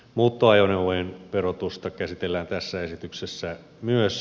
muuttoajoneuvojen verotusta käsitellään tässä esityksessä myös